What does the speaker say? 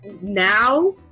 now